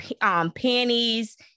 panties